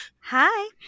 Hi